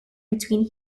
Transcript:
between